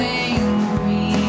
angry